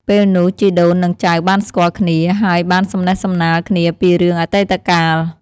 ពេលនោះជីដូននិងចៅបានស្គាល់គ្នា ហើយបានសំណេះសំណាលគ្នាពីរឿងអតីតកាល ។